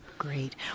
Great